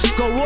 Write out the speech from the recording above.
go